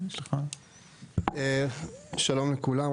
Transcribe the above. שלום לכולם.